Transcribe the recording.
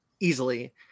easily